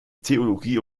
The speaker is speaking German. theologie